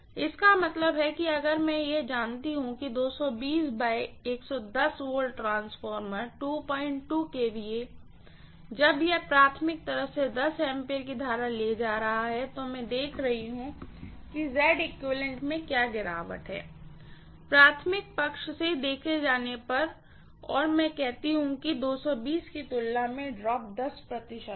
इसका मतलब है अगर मैं यह जानती हूँ ट्रांसफार्मर kVA जब यह प्राइमरीतरफ A कि करंट ले रहा है तो मैं देख रही हूँ कि में क्या गिरावट है प्राइमरीसाइड से से देखे जाने पर और मैं कहती हूँ कि V की तुलना में ड्रॉप प्रतिशत है